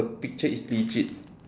the picture is legit